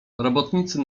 robotnicy